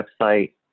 website